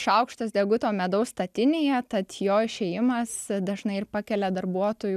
šaukštas deguto medaus statinėje tad jo išėjimas dažnai ir pakelia darbuotojų